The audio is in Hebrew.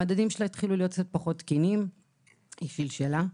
המדדים שלה היו פחות תקינים והיא שלשלה.